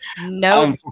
No